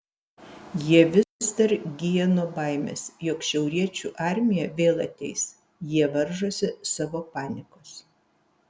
jie vis dar gyja nuo baimės jog šiauriečių armija vėl ateis jie varžosi savo panikos